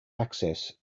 access